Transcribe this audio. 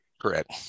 Correct